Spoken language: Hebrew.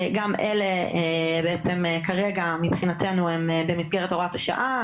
גם אלה בעצם כרגע מבחינתנו הם במסגרת הוראת השעה,